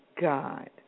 God